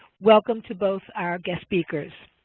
welcome to both our guest speakers.